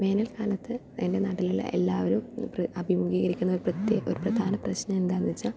വേനൽ കാലത്ത് എൻ്റെ നാട്ടിലുള്ള എല്ലാവരും പ്രധാ അഭിമുഖീകരിക്കുന്ന ഒരു പ്രത്യേ പ്രധാന പ്രശ്നം എന്താന്ന് വച്ചാൽ